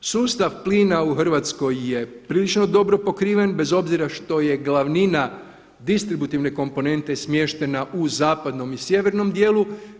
Sustav plina u Hrvatsko je prilično dobro pokriven, bez obzira što je glavnina distributivne komponente smještena u zapadnom i sjevernom dijelu.